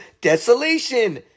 desolation